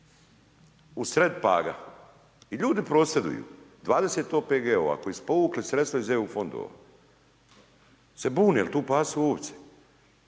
U sred Paga i ljudi prosvjeduju, 20 OPG-ova koji su povukli sredstva iz EU fondova se bune jer tu pasu ovce,